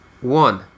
one